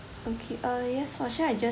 okay uh yes for sure I just